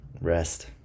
rest